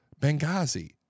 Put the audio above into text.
Benghazi